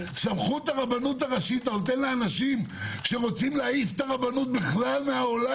סמכות הרבנות הראשית אתה נותן לאנשים שרוצים להעיף את הרבנות מהעולם